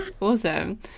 awesome